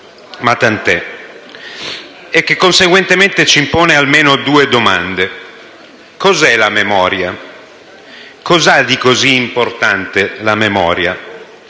(ma tant'è) e che conseguentemente ci impone almeno due domande: cos'è la memoria? Cos'ha di così importante la memoria?